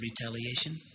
Retaliation